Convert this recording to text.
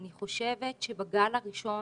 אני חושבת שבגל הראשון